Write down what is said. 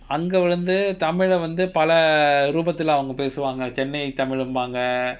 அங்க விழுந்து:anga vilunthu tamil ah வந்து பல ரூபத்துல அவங்க பேசுவாங்க:vanthu pala roobathula avanga pesuvaanga chennai tamil லுபாங்க:lupaanga